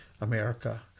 America